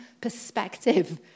perspective